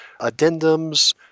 addendums